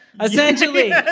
essentially